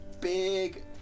big